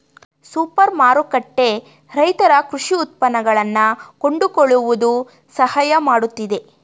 super ಮಾರುಕಟ್ಟೆ ರೈತರ ಕೃಷಿ ಉತ್ಪನ್ನಗಳನ್ನಾ ಕೊಂಡುಕೊಳ್ಳುವುದು ಸಹಾಯ ಮಾಡುತ್ತಿದೆ